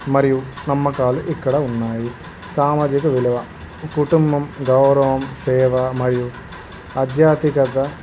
మరియు నమ్మకాలు ఇక్కడ ఉన్నాయి సామాజిక విలువ కుటుంబం గౌరవం సేవ మరియు అధ్యాత్మికత